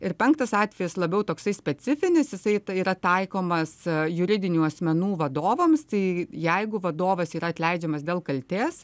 ir penktas atvejis labiau toksai specifinis jisai yra taikomas juridinių asmenų vadovams tai jeigu vadovas yra atleidžiamas dėl kaltės